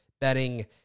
betting